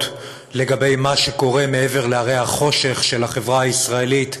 לגבי מה שקורה מעבר להרי החושך של החברה הישראלית,